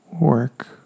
work